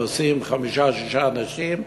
נוסעים חמישה-שישה אנשים,